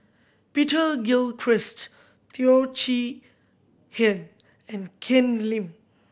Peter Gilchrist Teo Chee Hean and Ken Lim